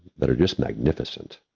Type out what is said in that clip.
that are just magnificent.